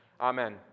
Amen